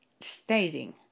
stating